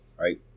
Right